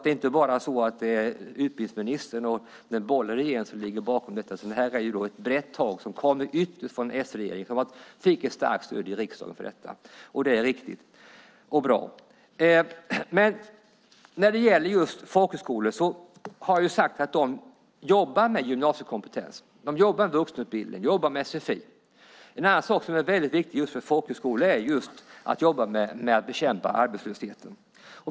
Det är alltså inte bara utbildningsministern och den borgerliga regeringen som ligger bakom den, utan propositionen kommer ytterst från s-regeringen. Den fick också ett starkt stöd i riksdagen, vilket är riktigt och bra. Folkhögskolorna jobbar med gymnasiekompetens, vuxenutbildning, sfi. En viktig sak för folkhögskolorna är att bekämpa arbetslösheten.